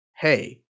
hey